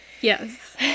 Yes